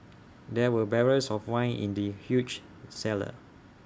there were barrels of wine in the huge cellar